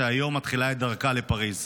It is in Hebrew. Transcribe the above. שהיום מתחילה את דרכה לפריז.